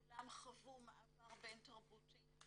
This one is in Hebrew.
כולם חוו מעבר בין תרבותי,